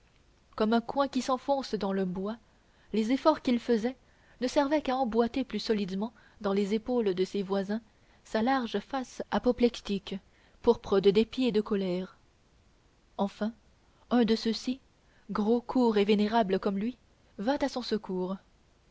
comme un coin qui s'enfonce dans le bois les efforts qu'il faisait ne servaient qu'à emboîter plus solidement dans les épaules de ses voisins sa large face apoplectique pourpre de dépit et de colère enfin un de ceux-ci gros court et vénérable comme lui vint à son secours